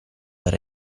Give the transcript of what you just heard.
per